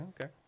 okay